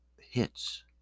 hits